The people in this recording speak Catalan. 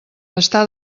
està